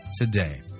today